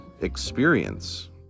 experience